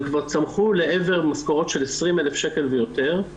כבר צמחו לעבר משכורות של 20,000 שקל ויותר,